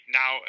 now